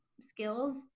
skills